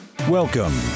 Welcome